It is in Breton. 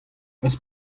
eus